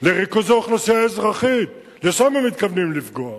לריכוזי אוכלוסייה אזרחית, שם הם מתכוונים לפגוע.